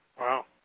Wow